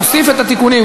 נוסיף את התיקונים,